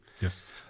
Yes